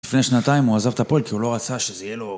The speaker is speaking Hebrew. לפני שנתיים הוא עזב את הפועל כי הוא לא רצה שזה יהיה לו...